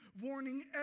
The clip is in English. warning